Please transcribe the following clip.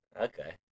Okay